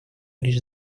лишь